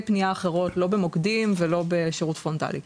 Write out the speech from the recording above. פניה אחרות לא במוקדים ולא בשירות פרונטלי.